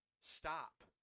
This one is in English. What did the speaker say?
stop